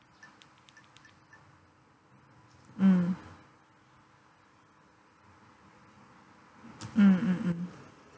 mm mm mm mm